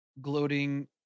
gloating